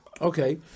Okay